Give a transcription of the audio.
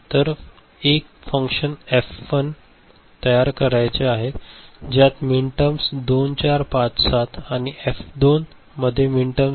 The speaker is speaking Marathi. तर एक फंक्शन एफ 1 तयार करायचे आहे ज्यात मिन टर्म 2 4 5 7 आणि एफ 2 मध्ये मिनटर्म 0 1 2 4 6 आहेत